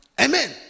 amen